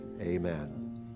Amen